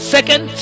Second